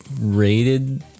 rated